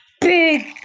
big